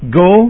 go